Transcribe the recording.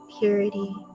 purity